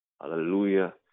Hallelujah